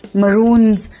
maroons